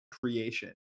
Creation